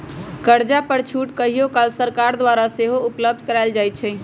कर्जा पर छूट कहियो काल सरकार द्वारा सेहो उपलब्ध करायल जाइ छइ